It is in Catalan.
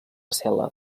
cel·la